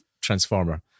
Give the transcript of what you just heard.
transformer